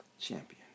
champion